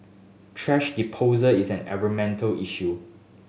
thrash disposal is an environmental issue